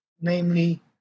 namely